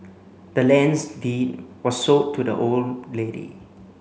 the land's deed was sold to the old lady